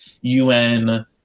UN